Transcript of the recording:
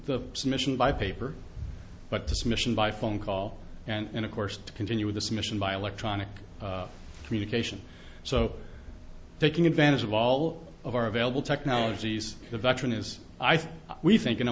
submission by paper but this mission by phone call and of course to continue with this mission by electronic communication so taking advantage of all of our available technologies the veteran is i think